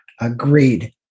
Agreed